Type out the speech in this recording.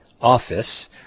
Office